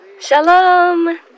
Shalom